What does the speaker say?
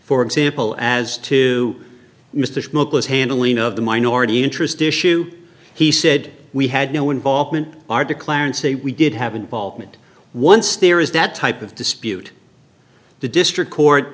for example as to mr smokeless handling of the minority interest issue he said we had no involvement our declare and say we did have involvement once there is that type of dispute the district court